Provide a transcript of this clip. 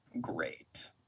great